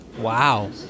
Wow